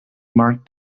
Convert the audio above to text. marked